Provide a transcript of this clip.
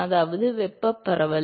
அதாவது வெப்பப் பரவல்